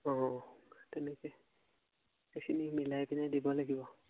অঁ তেনেকে এইখিনি মিলাই পিনাই দিব লাগিব